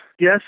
yes